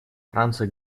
франция